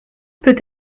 peut